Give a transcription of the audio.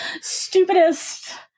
stupidest